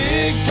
Big